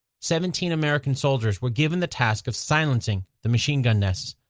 seventeen american soldiers were given the task of silencing the machine gun nests.